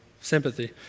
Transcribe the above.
Sympathy